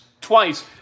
twice